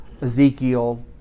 Ezekiel